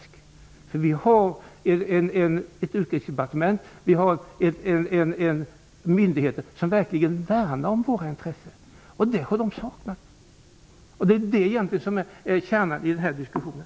De skall känna att vi har ett utrikesdepartement och myndigheter som verkligen värnar om våra intressen. Det har de saknat. Det är egentligen kärnan i den här diskussionen.